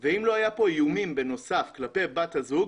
אם לא היו פה איומים בנוסף כלפי בת הזוג,